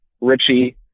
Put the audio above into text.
Richie